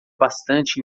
bastante